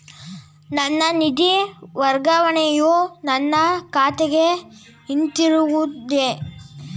ನನ್ನ ನಿಧಿ ವರ್ಗಾವಣೆಯು ನನ್ನ ಖಾತೆಗೆ ಹಿಂತಿರುಗಿದೆ